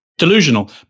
Delusional